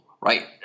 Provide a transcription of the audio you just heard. right